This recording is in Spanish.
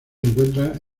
encuentra